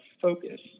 focus